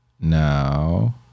Now